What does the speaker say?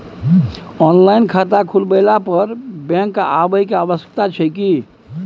Online खाता खुलवैला पर बैंक आबै के आवश्यकता छै की?